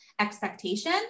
expectation